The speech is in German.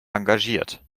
engagiert